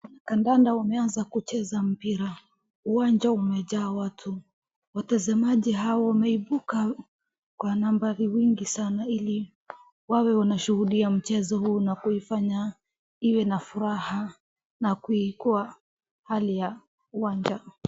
Kandanda umeanza kucheza mpira. Uwanja umejaa watu. Watazamaji hao wameibuka kwa nambari wingi sana ili wawe wanashuhudia mchezo huu na kuifanya iwe na furaha na kuikua hali ya uwanja.